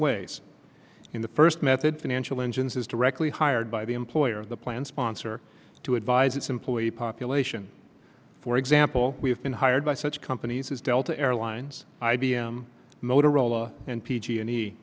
ways in the first method financial engines is directly hired by the employer the plan sponsor to advise its employee population for example we have been hired by such companies as delta airlines i b m motorola and p g and e